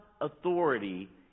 authority